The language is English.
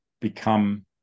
become